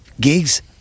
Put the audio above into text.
gigs